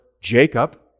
Jacob